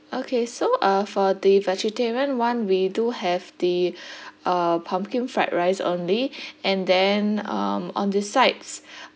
okay so uh for the vegetarian [one] we do have the uh pumpkin fried rice only and then um on the sides